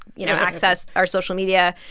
you know, access our social media.